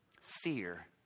Fear